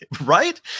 Right